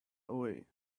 away